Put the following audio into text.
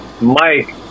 Mike